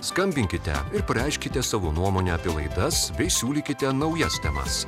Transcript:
skambinkite ir pareikškite savo nuomonę apie laidas bei siūlykite naujas temas